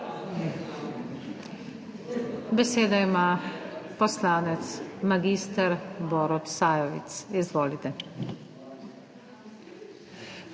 Besedo ima poslanec mag. Borut Sajovic. Izvolite.